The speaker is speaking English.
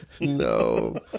No